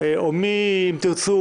חוק ומשפט,